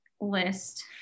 list